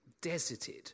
deserted